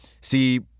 See